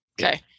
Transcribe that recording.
Okay